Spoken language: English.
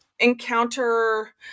Encounter